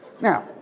Now